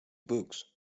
books